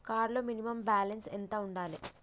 Card లో minimum balance ఎంత ఉంచాలే?